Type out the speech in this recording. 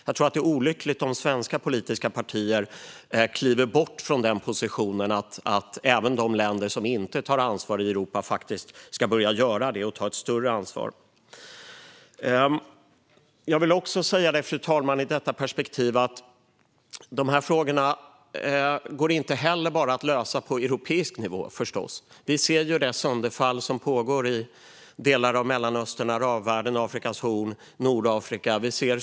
Jag tror att det är olyckligt om svenska politiska partier kliver bort från positionen att även de länder som inte tar ansvar i Europa faktiskt ska börja göra det och ta ett större ansvar. Fru talman! De här frågorna går förstås inte att lösa bara på europeisk nivå. Vi ser ju det sönderfall som pågår i delar av Mellanöstern, arabvärlden, Afrikas horn och Nordafrika.